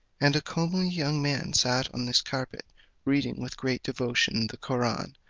and a comely young man sat on this carpet reading with great devotion the koraun,